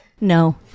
No